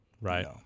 right